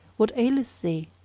what aileth thee?